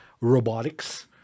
robotics